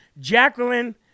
Jacqueline